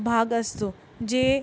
भाग असतो जे